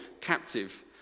captive